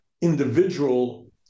individual